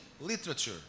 literature